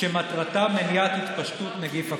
שמטרתם מניעת התפשטות נגיף הקורונה.